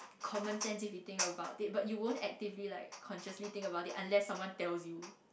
common sense if you think about it but you won't actively like consciously think about it unless someone tell you